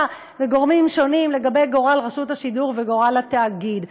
וגורמים שונים לגבי גורל רשות השידור וגורל התאגיד,